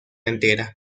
entera